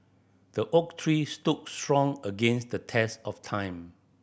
the oak tree stood strong against the test of time